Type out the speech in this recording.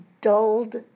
dulled